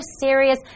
serious